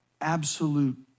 absolute